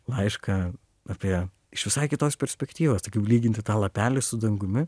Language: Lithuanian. laišką apie iš visai kitos perspektyvos tai kaip lyginti tą lapelį su dangumi